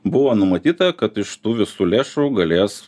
buvo numatyta kad iš tų visų lėšų galės